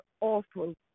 awful